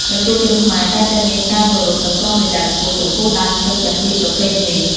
ប្រជាជនខ្មែរតែងតែមានការគោរព និងប្រុងប្រយ័ត្នខ្ពស់ចំពោះដើមឈើទាំងពីរប្រភេទនេះ។